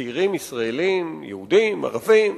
צעירים ישראלים, יהודים, ערבים,